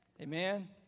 Amen